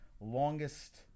longest